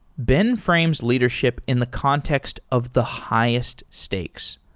ben frames leadership in the context of the highest stakes.